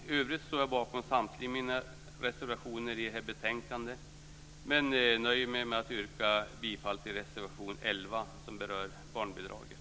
I övrigt står jag bakom samtliga mina reservationer till det här betänkandet, men nöjer mig med att yrka bifall till reservation 11, som berör barnbidraget.